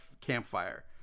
campfire